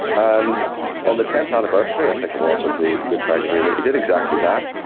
and on the tenth anniversary i think it was of the good friday agreement, he did exactly that.